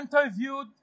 Interviewed